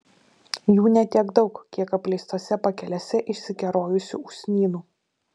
jų ne tiek daug kiek apleistose pakelėse išsikerojusių usnynų